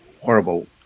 horrible